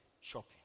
shopping